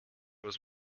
was